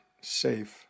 safe